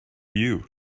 you